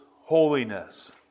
holiness